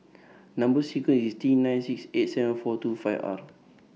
Number sequence IS T nine six eight seven four two five R